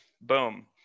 Boom